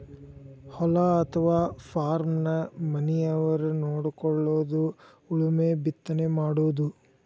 ಹೊಲಾ ಅಥವಾ ಪಾರ್ಮನ ಮನಿಯವರ ನೊಡಕೊಳುದು ಉಳುಮೆ ಬಿತ್ತನೆ ಮಾಡುದು